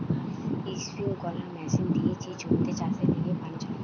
sprinkler machine দিয়ে যে জমিতে চাষের লিগে পানি ছড়ায়